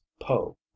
Poe